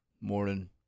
Morning